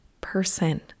person